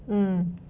mm